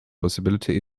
possibility